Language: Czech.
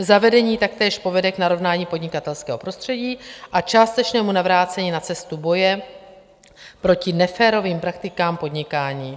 Zavedení taktéž povede k narovnání podnikatelského prostředí a částečnému navrácení na cestu boje proti neférovým praktikám podnikání.